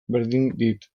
dit